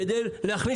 לא מחירי